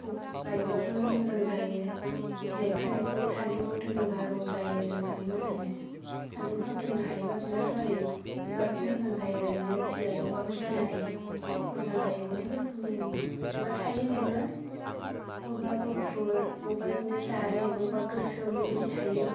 गायबाबो मोजां जायो बिलाइफोरा बिदिनो सान्दुंआव दोनोबा रं जायो मोजाङै मोजांनो सान्दुंफोराव दोननो हायोबा बिबार बारो बिबारखौ मोजां जायो ओरैनो बिलाइल'बाबो सिनारि मोजां जायो अनेक रोखोमै बिबार थायो बेबो अबेबा गुफुर अबेबा बिदिनो जारें अबेबा गोसोम बेबायदि थायो